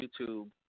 YouTube